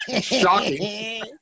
Shocking